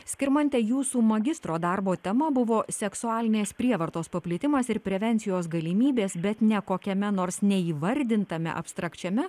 skirmante jūsų magistro darbo tema buvo seksualinės prievartos paplitimas ir prevencijos galimybės bet ne kokiame nors neįvardintame abstrakčiame